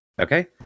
Okay